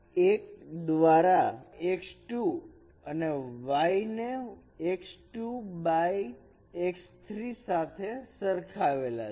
1 દ્વારા x2 અને y ને x2 by x3 સાથે સરખાવેલા છે